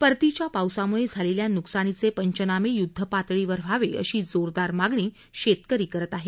परतीच्या पावसामूळे झालेल्या न्कसानीचे पंचनामे य्द्ध पातळीवर व्हावे अशी जोरदार मागणी शेतकरी करीत आहे